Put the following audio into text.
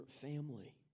family